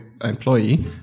Employee